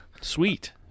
Sweet